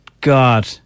God